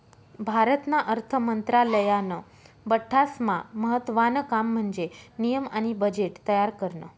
भारतना अर्थ मंत्रालयानं बठ्ठास्मा महत्त्वानं काम म्हन्जे नियम आणि बजेट तयार करनं